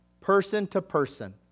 person-to-person